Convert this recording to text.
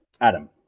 Adam